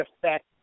affect